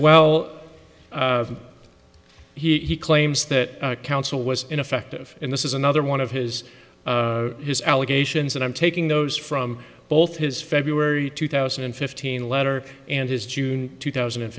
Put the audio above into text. well he claims that counsel was ineffective and this is another one of his his allegations and i'm taking those from both his february two thousand and fifteen letter and his june two thousand and